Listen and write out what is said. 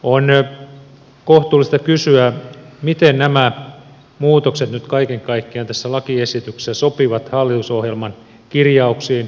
on kohtuullista kysyä miten nämä muutokset nyt kaiken kaikkiaan tässä lakiesityksessä sopivat hallitusohjelman kirjauksiin